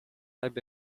beg